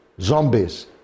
zombies